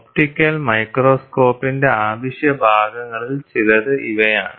optical മൈക്രോസ്കോപ്പിന്റെ അവശ്യ ഭാഗങ്ങളിൽ ചിലത് ഇവയാണ്